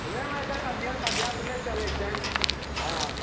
नहि मैडम अध्ययन अध्यापने चलैत छनि हँ